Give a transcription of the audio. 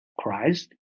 christ